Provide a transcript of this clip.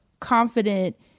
confident